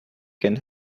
can